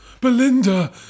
Belinda